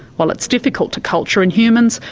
while it's difficult to culture in humans,